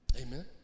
Amen